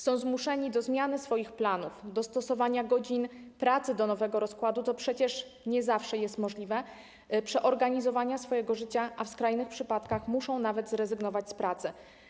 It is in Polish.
Są zmuszeni do zmiany swoich planów, dostosowania godzin pracy do nowego rozkładu, co przecież nie zawsze jest możliwe, przeorganizowania swojego życia, a w skrajnych przypadkach muszą nawet zrezygnować z pracy.